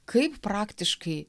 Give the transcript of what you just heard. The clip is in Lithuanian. kaip praktiškai